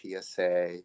PSA